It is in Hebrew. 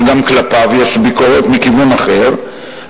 שגם כלפיו יש ביקורת מכיוון אחר,